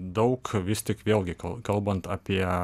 daug vis tik vėlgi kalbant apie